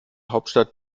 hauptstadt